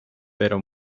pero